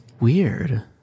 Weird